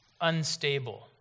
Unstable